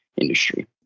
industry